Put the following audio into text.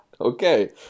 Okay